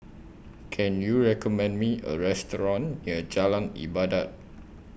Can YOU recommend Me A Restaurant near Jalan Ibadat